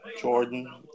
Jordan